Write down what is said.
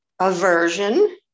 Aversion